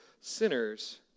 sinners